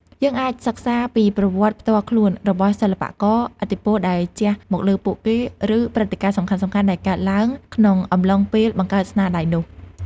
យើងអាចសិក្សាពីប្រវត្តិផ្ទាល់ខ្លួនរបស់សិល្បករ ឥទ្ធិពលដែលជះមកលើពួកគេ ឬព្រឹត្តិការណ៍សំខាន់ៗដែលបានកើតឡើងក្នុងអំឡុងពេលបង្កើតស្នាដៃនោះ។